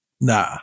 nah